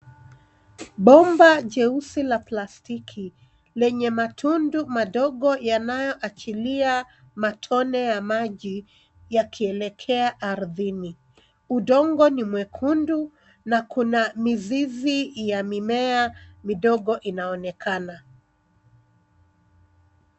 Bomba jeusi la plastiki, lenye matundu madogo yanayoachilia matone ya maji yakielekea ardhini. Udongo ni mwekundu, na kuna mizizi ya mimea midogo inaonekana.